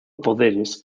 poderes